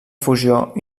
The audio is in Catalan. fusió